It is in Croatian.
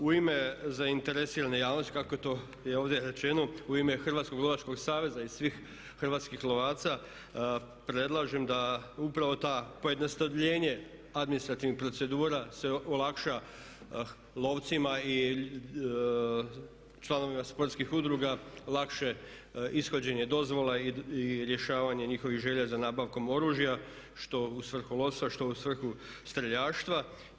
U ime zainteresirane javnosti kako je to i ovdje rečeno u ime Hrvatskog lovačkog saveza i svih hrvatskih lovaca predlažem da upravo to pojednostavljenje administrativnih procedura se olakša lovcima i članovima sportskih udruga lakše ishođenje dozvola i rješavanje njihovih želja za nabavkom oružja što u svrhu lovstva, što u svrhu streljaštva.